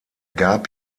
gab